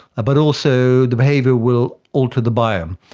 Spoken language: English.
but also the behaviour will alter the biome.